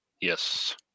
Yes